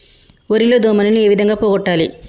వరి లో దోమలని ఏ విధంగా పోగొట్టాలి?